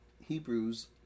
Hebrews